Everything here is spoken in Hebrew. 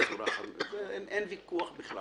על זה אין ויכוח בכלל.